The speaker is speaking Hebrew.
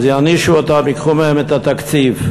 יענישו אותם, וייקחו מהם את התקציב,